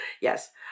Yes